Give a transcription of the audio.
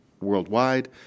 worldwide